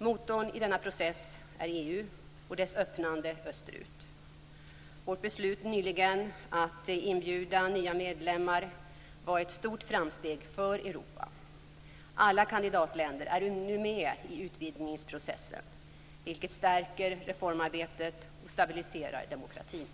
Motorn i denna process är EU och dess öppnande österut. Vårt beslut nyligen att inbjuda nya medlemmar var ett stort framsteg för Europa. Alla kandidatländer är nu med i utvidgningsprocessen, vilket stärker reformarbetet och stabiliserar demokratin.